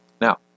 Now